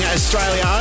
Australia